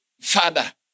father